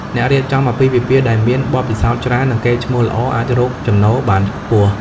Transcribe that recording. អ្នករៀបចំអាពាហ៍ពិពាហ៍ដែលមាន បទពិសោធន៍ច្រើន និងកេរ្តិ៍ឈ្មោះល្អ អាចរកចំណូលបានខ្ពស់។